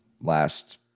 last